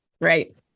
Right